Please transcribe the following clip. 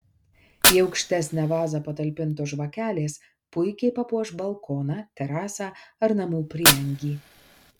į aukštesnę vazą patalpintos žvakelės puikiai papuoš balkoną terasą ar namų prieangį